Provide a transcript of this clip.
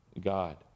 God